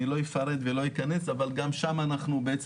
אני לא אכנס לפירוט אבל גם שם אנחנו בעצם